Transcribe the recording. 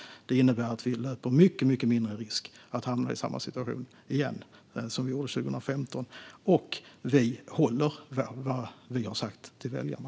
Det innebär att vi löper mycket mindre risk att hamna i samma situation som vi hamnade i 2015. Och vi håller vad vi har sagt till väljarna.